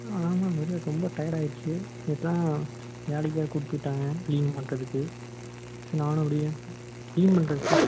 ஒரே ரொம்ப டயடாயிடுச்சு இப்போதான் வேலைக்கு வேறு கூப்பிட்டு விட்டாங்க கிளீன் பண்ணுறதுக்கு சரி நானும் அப்படியே கிளீன் பண்ணுறதுக்குடா